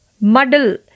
Muddle